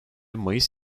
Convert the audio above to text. mayıs